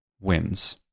wins